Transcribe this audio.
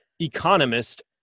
economist